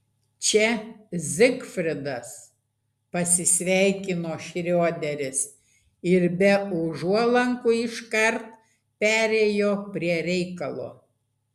čia zigfridas pasisveikino šrioderis ir be užuolankų iškart perėjo prie reikalo